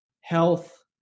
Health